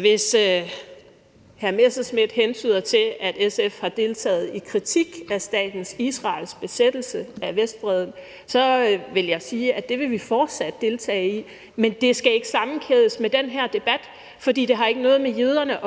hvis hr. Morten Messerschmidt hentyder til, at SF har deltaget i kritik af staten Israels besættelse af Vestbredden, så vil jeg sige, at det vil vi fortsat deltage i. Men det skal ikke sammenkædes med den her debat, for det har ikke noget med jøderne